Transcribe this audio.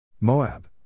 Moab